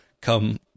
come